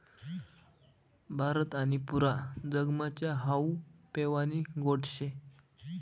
भारत आणि पुरा जगमा च्या हावू पेवानी गोट शे